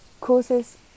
causes